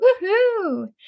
Woohoo